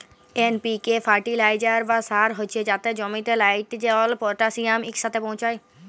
NPK fertiliser বা সার হছে যাতে জমিতে লাইটেরজেল, পটাশিয়াম ইকসাথে পৌঁছায়